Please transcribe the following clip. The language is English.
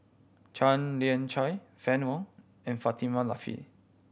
Tan Lian Chye Fann Wong and Fatimah Lateef